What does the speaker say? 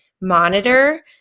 monitor